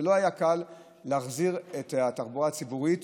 זה לא היה קל להחזיר את התחבורה הציבורית